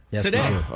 today